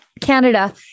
Canada